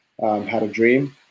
Hadadream